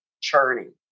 churning